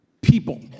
people